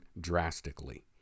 drastically